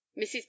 Mrs